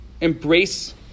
embrace